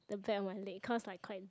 the back of my leg cause like quite dark